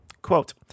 Quote